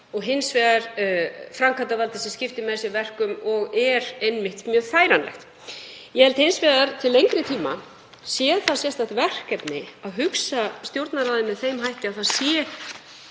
og hins vegar að framkvæmdarvaldið skiptir með sér verkum og er einmitt mjög færanlegt. Ég held hins vegar að til lengri tíma sé það sérstakt verkefni að hugsa Stjórnarráðið með þeim hætti að það sé